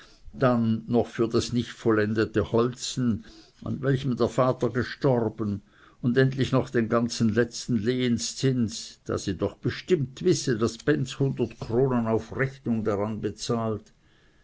dann noch für das nicht vollendete holzen an welchem der vater gestorben und endlich noch den ganzen letzten lehenzins da sie doch bestimmt wisse daß benz hundert kronen auf rechnung daran bezahlt